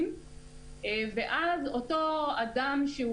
ואז אותו אדם,